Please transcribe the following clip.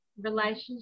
relationship